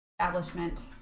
establishment